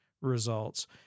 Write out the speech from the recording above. results